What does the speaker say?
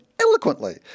eloquently